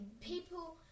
People